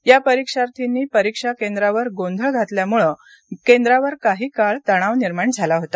या परीक्षार्थींनी परीक्षा केंद्राजवळ गोंधळ घातल्यामुळे केंद्रावर काही काळ तणाव निर्माण झाला होता